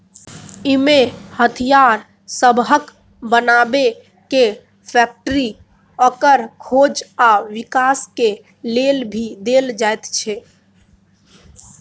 इमे हथियार सबहक बनेबे के फैक्टरी, ओकर खोज आ विकास के लेल भी देल जाइत छै